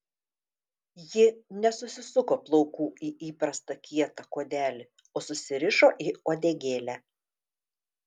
ji nesusisuko plaukų į įprastą kietą kuodelį o susirišo į uodegėlę